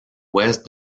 ouest